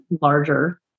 larger